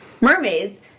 Mermaids